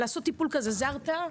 לעשות טיפול כזה זה הרתעה.